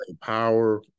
power